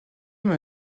même